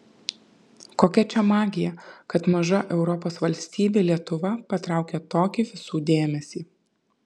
kokia čia magija kad maža europos valstybė lietuva patraukia tokį visų dėmesį